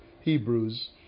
Hebrews